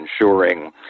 ensuring